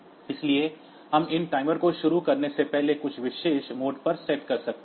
इसलिए हम इन टाइमर को शुरू करने से पहले कुछ विशेष मोड पर सेट कर सकते हैं